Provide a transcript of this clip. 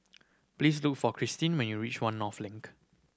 please look for Cristine when you reach One North Link